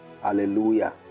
Hallelujah